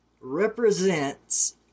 represents